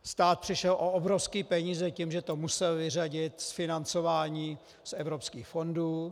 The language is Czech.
Stát přišel o obrovské peníze tím, že to musel vyřadit z financování z evropských fondů.